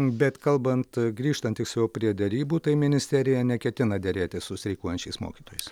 bet kalbant grįžtant tiksliau prie derybų tai ministerija neketina derėtis su streikuojančiais mokytojais